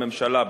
לממשלה,